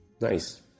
Nice